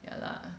ya lah